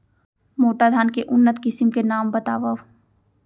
मोटा धान के उन्नत किसिम के नाम बतावव?